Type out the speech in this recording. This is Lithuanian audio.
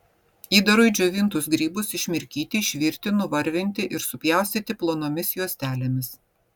įdarui džiovintus grybus išmirkyti išvirti nuvarvinti ir supjaustyti plonomis juostelėmis